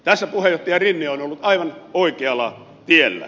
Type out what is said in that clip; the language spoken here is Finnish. tässä puheenjohtaja rinne on ollut aivan oikealla tiellä